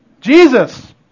Jesus